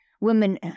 Women